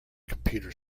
computer